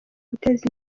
guteza